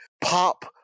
pop